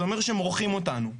אומר שמורחים אותנו,